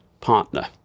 partner